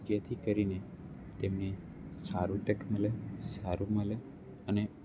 જેથી કરીને તેમને સારું તક મળે સારું મળે અને